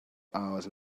hours